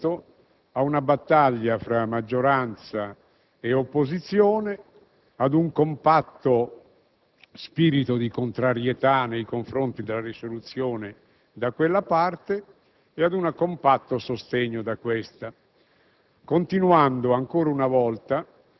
invece, come al solito, ad una battaglia tra maggioranza e opposizione, ad un compatto spirito di contrarietà nei confronti della nostra mozione, da quella parte, e ad un compatto sostegno da questa,